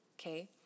Okay